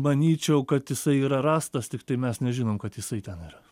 manyčiau kad jisai yra rastas tiktai mes nežinom kad jisai ten yra